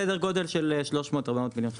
סדר גודל של 400-300 מיליון שקל.